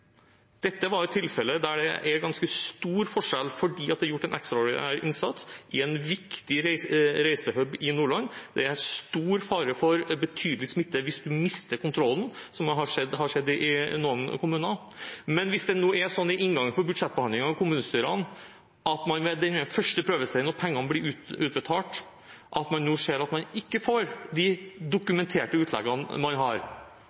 Dette var et tilfelle der det er ganske stor forskjell fordi det er gjort en ekstraordinær innsats i en viktig «reisehub» i Nordland, der det er stor fare for betydelig smitte hvis man mister kontrollen, noe jeg har sett har skjedd i noen kommuner. Hvis det nå er sånn ved inngangen til budsjettbehandlingene i kommunestyrene at man ved den første prøvesteinen, når pengene blir utbetalt, ser at man ikke får dekket de dokumenterte utleggene man har,